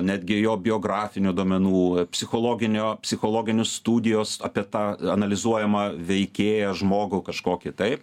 netgi jo biografinių duomenų psichologinio psichologinių studijos apie tą analizuojamą veikėją žmogų kažkokį taip